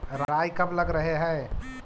राई कब लग रहे है?